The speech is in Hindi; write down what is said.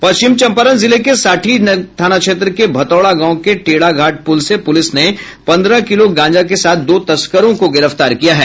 पश्चिम चम्पारण जिले के साठी थाना क्षेत्र के भतौड़ा गांव के टेढ़ा घाट प्रल से पुलिस ने पन्द्रह किलो गांजा के साथ दो तस्करों को गिरफ्तार किया है